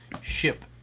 ship